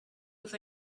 with